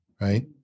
Right